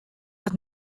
dat